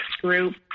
group